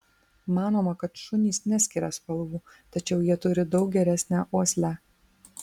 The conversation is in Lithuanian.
manoma kad šunys neskiria spalvų tačiau jie turi daug geresnę uoslę